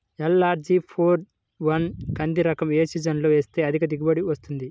LRG four one కంది రకం ఏ సీజన్లో వేస్తె అధిక దిగుబడి వస్తుంది?